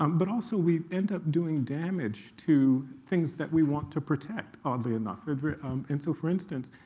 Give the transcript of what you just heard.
um but also we end up doing damage to things that we want to protect, oddly enough. and so for instance,